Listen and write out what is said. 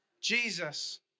Jesus